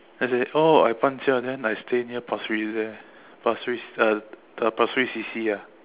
then I say oh I 搬家 then I stay near Pasir-Ris there Pasir-Ris uh the Pasir-Ris C_C ah